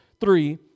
three